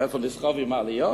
איפה, לסחוב עם מעליות?